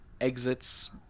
exits